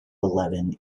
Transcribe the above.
eleven